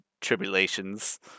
tribulations